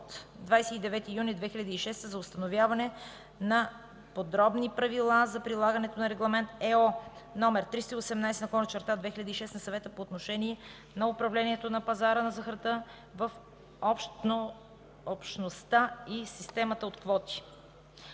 29 юни 2006 г. за установяване на подробни правила за прилагането на Регламент (ЕО) № 318/2006 на Съвета по отношение на управлението на пазара на захарта в Общността и системата от квоти.